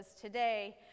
today